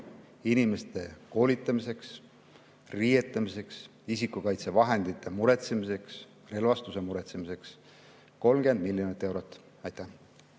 inimeste koolitamiseks, riietamiseks, isikukaitsevahendite muretsemiseks ja relvastuse muretsemiseks. 30 miljonit eurot. Kahe